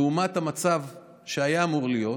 לעומת המצב שהיה אמור להיות,